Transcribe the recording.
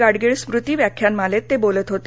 गाडगीळ स्मृती व्याख्यानमालेत ते बोलत होते